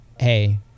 hey